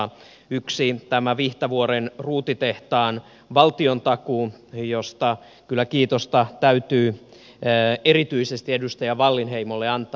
yksi on tämä vihtavuoren ruutitehtaan valtiontakuu josta kyllä kiitosta täytyy erityisesti edustaja wallinheimolle antaa